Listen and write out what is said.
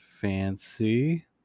Fancy